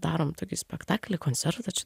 darom tokį spektaklį koncertą čia